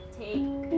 take